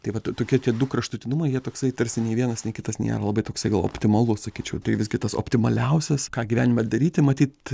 tai vat tokie tie du kraštutinumai jie toksai tarsi nei vienas nei kitas nėra labai toksai gal optimalus sakyčiau tai visgi tas optimaliausias ką gyvenime ir daryti matyt